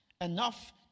enough